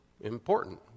important